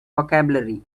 vocabulary